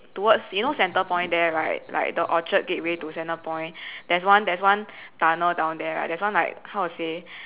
towards you now centrepoint there right like the orchard gateway to centrepoint there's one there's one tunnel down there right there's one like how to say